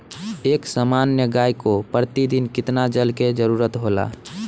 एक सामान्य गाय को प्रतिदिन कितना जल के जरुरत होला?